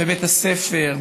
בבית הספר,